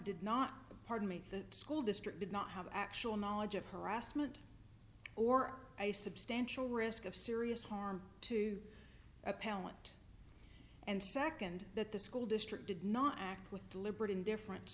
did not pardon me that school district did not have actual knowledge of harassment or a substantial risk of serious harm to appellant and second that the school district did not act with deliberate indifference